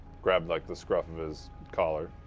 grab like the scruff of his collar.